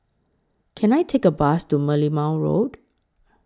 Can I Take A Bus to Merlimau Road